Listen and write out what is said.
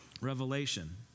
revelation